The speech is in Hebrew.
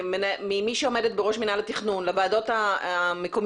ממי שעומדת בראש מינהל התכנון לוועדות המקומיות